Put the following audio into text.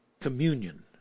communion